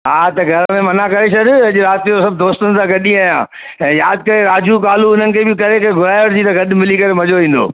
हा त घर में मना करे छॾु अॼु राति जो सभु दोस्तनि सां गॾु ई आहियां ऐं यादि करे राजू कालू हुननि खे बि करे करे घुराए वठजे त गॾु मिली करे मज़ो ईंदो